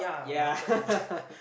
ya